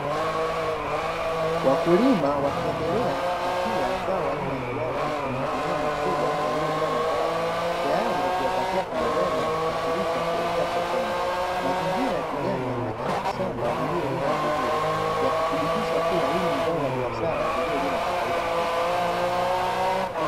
Wakulima wakiendelea kupakia zao aina ya viazi kwenye magunia makubwa yaliyojaa mazao tayari kwa kuyapakia kwenye gari na kuyasafirisha kuelekea sokoni, mazingira ya kijani yanaakisi shamba lililolimwa vizuri, yakithibitisha kuwa hili ni zao la biashara lililolimwa kwa faida kubwa.